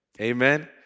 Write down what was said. Amen